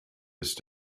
ist